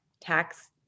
tax